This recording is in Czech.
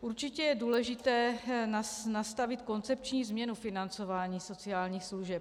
Určitě je důležité nastavit koncepční změnu financování sociálních služeb.